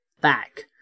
back